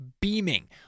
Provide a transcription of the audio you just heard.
beaming